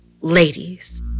Ladies